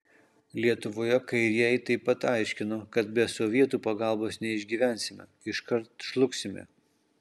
lietuvoje kairieji taip pat aiškino kad be sovietų pagalbos neišgyvensime iškart žlugsime